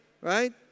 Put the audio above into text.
right